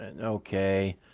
okay